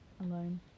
alone